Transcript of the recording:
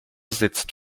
sitzt